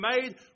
made